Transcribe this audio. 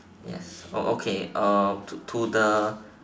yes oh okay uh to to the